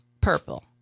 Purple